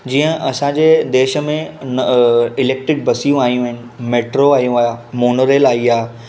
जींअ असांजे देश में इलेक्ट्रिक बसियूं आयूं आहिनि मेट्रो आयो आहे मोनो रेल आई आहे